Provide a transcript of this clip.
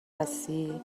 هستی